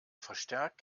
verstärkt